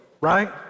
right